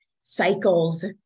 cycles